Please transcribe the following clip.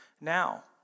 now